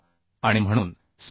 09 millimetre आहे आणि ती असावी